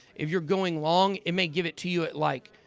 if you're going long, it may give it to you at like,